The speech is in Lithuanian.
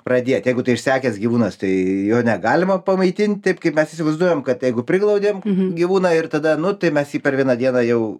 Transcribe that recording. pradėt jeigu tai išsekęs gyvūnas tai jo negalima pamaitint taip kaip mes įsivaizduojam kad jeigu priglaudėm gyvūną ir tada nu tai mes jį per vieną dieną jau